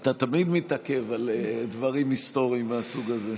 אתה תמיד מתעכב על דברים היסטוריים מהסוג זה.